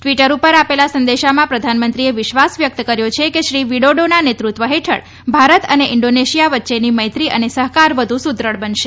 Twitter ઉપર આપેલા સંદેશામાં પ્રધાનમંત્રીએ વિશ્વાસ વ્યક્ત કર્યો છે કે શ્રી વીડોડોના નેતૃત્વ હેઠળ ભારત અને ઇન્ડોનેશિયા વચ્ચેની મૈત્રી અને સહકાર વધુ સુદ્રઢ બનશે